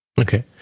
Okay